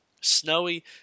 snowy